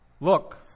look